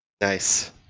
Nice